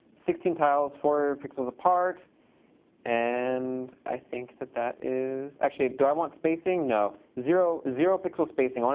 sixteen tiles, four pixels apart and i think that that is actually, do i want spacing? no. zero zero pixel spacing,